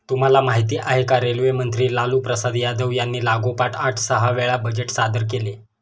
तुम्हाला माहिती आहे का? रेल्वे मंत्री लालूप्रसाद यादव यांनी लागोपाठ आठ सहा वेळा बजेट सादर केले